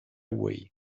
way